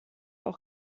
auch